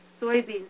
soybeans